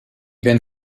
ben